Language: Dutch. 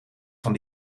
van